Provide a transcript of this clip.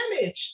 damage